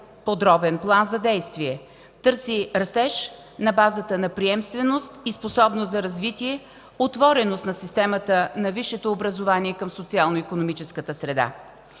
подробен план за действие. Търси растеж на базата на приемственост и способност за развитие, отвореност на системата на висшето образование към социално-икономическата среда.